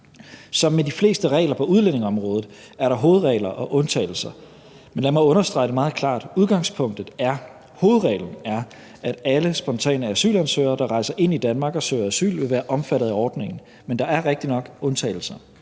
Som med de fleste regler på udlændingeområdet er der hovedregler og undtagelser, men lad mig understrege det meget klart, at udgangspunktet er, hovedreglen er, at alle spontane asylansøgere, der rejser ind i Danmark og søger asyl, vil være omfattet af ordningen, men der er rigtigt nok undtagelser.